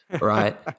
Right